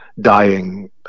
dying